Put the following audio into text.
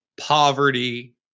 poverty